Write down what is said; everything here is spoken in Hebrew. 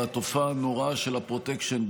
בתופעה הנוראה של הפרוטקשן,